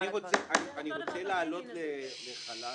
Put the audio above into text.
אני רוצה להעלות לחלל